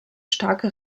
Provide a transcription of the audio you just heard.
starke